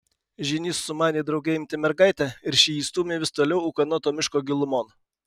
žynys sumanė drauge imti mergaitę ir ši jį stūmė vis toliau ūkanoto miško gilumon